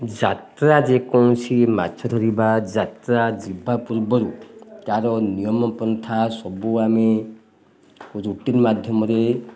ଯାତ୍ରା ଯେକୌଣସି ମାଛ ଧରିବା ଯାତ୍ରା ଯିବା ପୂର୍ବରୁ ତା'ର ନିୟମପନ୍ଥା ସବୁ ଆମେ ରୁଟିନ୍ ମାଧ୍ୟମରେ